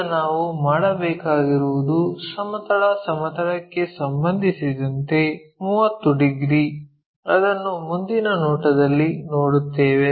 ಈಗ ನಾವು ಮಾಡಬೇಕಾಗಿರುವುದು ಸಮತಲ ಸಮತಲಕ್ಕೆ ಸಂಬಂಧಿಸಿದಂತೆ 30 ಡಿಗ್ರಿ ಅದನ್ನು ಮುಂದಿನ ನೋಟದಲ್ಲಿ ನೋಡುತ್ತೇವೆ